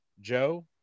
joe